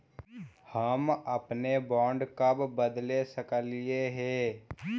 हम अपने बॉन्ड कब बदले सकलियई हे